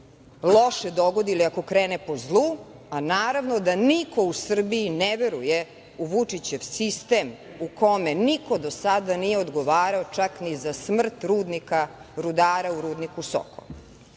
loše dogodi ili ako krene po zlu. A naravno da niko u Srbiji ne veruje u Vučićev sistem u kome niko do sada nije odgovarao, čak ni za smrt rudara u rudniku